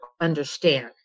understand